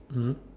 mm